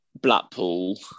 Blackpool